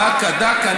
דקה, דקה.